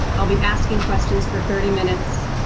i'll be asking questions for thirty minutes,